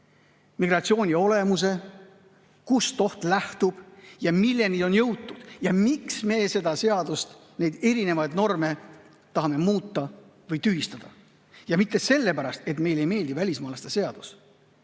migratsiooni olemuse, selle, kust oht lähtub ja milleni on jõutud ning miks me seda seadust, neid erinevaid norme tahame muuta või tühistada. Ja mitte sellepärast, et meile ei meeldi välismaalaste seadus.